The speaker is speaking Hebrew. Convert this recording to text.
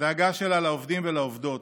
בדאגה שלה לעובדים ולעובדות,